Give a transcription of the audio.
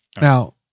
Now